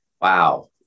Wow